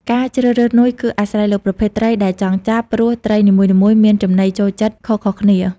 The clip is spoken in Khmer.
ការជ្រើសរើសនុយគឺអាស្រ័យលើប្រភេទត្រីដែលចង់ចាប់ ព្រោះត្រីនីមួយៗមានចំណីចំណូលចិត្តខុសៗគ្នា។